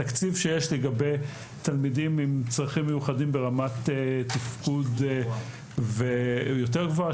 התקציב שיש לגבי תלמידים עם צרכים מיוחדים ברמת תפקוד יותר גבוהה,